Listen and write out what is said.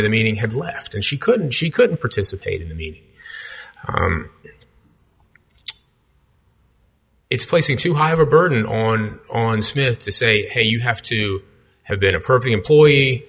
of the meeting had left and she couldn't she couldn't participate in the it's placing too high of a burden on on smith to say hey you have to have been a perfect employee